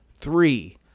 three